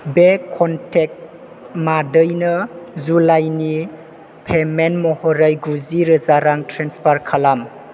बे कनटेक्ट मादैनो जुलाइनि पेमेन्ट महरै गुजि रोजा रां ट्रेन्सफार खालाम